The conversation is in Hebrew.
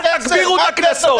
אל תגבירו את הקנסות,